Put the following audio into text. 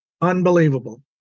unbelievable